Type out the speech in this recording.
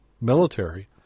military